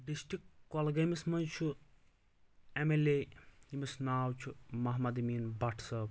district کۄلگٲمِس منٛز چھُ ایٚم ایٚل اے ییٚمِس ناو چھُ محمد امیٖن بٹ صٲب